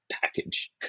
package